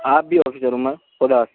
ہاں آپ بھی افضل عمر خدا حافظ